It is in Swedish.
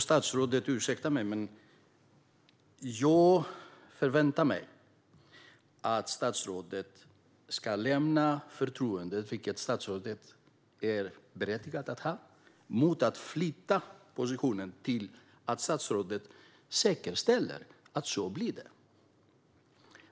Statsrådet får ursäkta mig, men jag förväntar mig att statsrådet lämnar förtroendet, som statsrådet är berättigad att ha, och flyttar sin position till att säkerställa att det blir så.